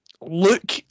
look